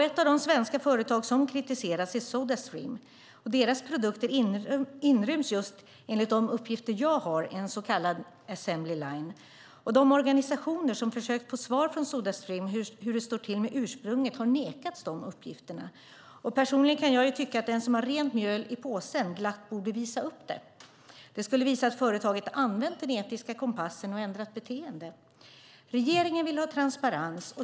Ett av de svenska företag som kritiserats är Sodastream. Deras produkter inryms, enligt de uppgifter jag har, i en så kallad assembly line. De organisationer som försökt få svar från Sodastream hur det står till med ursprunget har nekats de uppgifterna. Personligen kan jag tycka att den som har rent mjöl i påsen glatt borde visa upp det. Det skulle visa att företaget använt den etiska kompassen och ändrat beteende. Regeringen vill ha transparens.